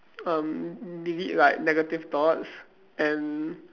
um delete like negative thoughts and